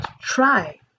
try